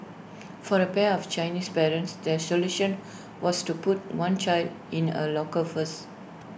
for A pair of Chinese parents their solution was to put one child in A locker first